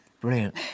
Brilliant